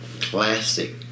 classic